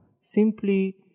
simply